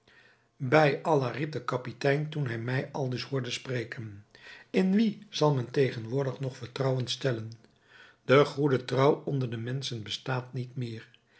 bij allah riep de kapitein toen hij mij aldus hoorde spreken in wien zal men tegenwoordig nog vertrouwen stellen de goede trouw onder de menschen bestaat niet meer